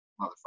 motherfucker